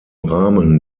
rahmen